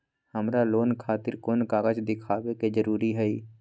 हमरा लोन खतिर कोन कागज दिखावे के जरूरी हई?